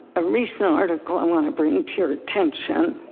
a recent article i wanna bring to your attention.